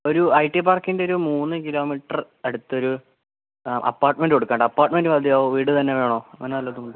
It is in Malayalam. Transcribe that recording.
ഒരു ഐ ടി പാർക്കിന്റെ ഒരു മൂന്നു കിലോമീറ്റർ അടുത്തൊരു അപാർട്മെന്റ് കൊടുക്കാനുണ്ട് അപാർട്മെന്റ് മതിയാവുമോ വീടു തന്നെ വേണോ അങ്ങനെ വല്ലതും ഉണ്ടോ